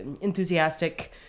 enthusiastic